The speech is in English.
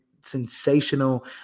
sensational